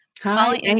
Hi